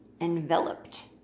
enveloped